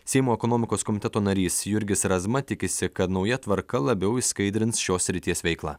seimo ekonomikos komiteto narys jurgis razma tikisi kad nauja tvarka labiau išskaidrins šios srities veiklą